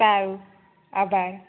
સારું આભાર